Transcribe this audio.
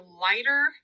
lighter